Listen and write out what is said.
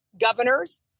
Governors